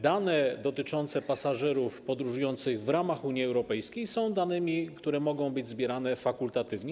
Dane dotyczące pasażerów podróżujących w ramach Unii Europejskiej są danymi, które mogą być zbierane fakultatywnie.